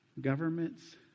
governments